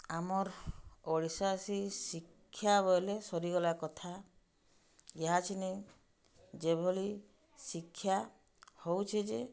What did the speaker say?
ଆମର୍ ଓଡ଼ିଶାଥି ଶିକ୍ଷା ବଏଲେ ସରିଗଲା କଥା ଏହାଛିନି ଯେଭଳି ଶିକ୍ଷା ହଉଛି ଯେ